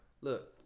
Look